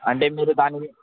అంటే మీరు దాన్ని